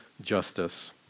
justice